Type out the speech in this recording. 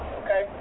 okay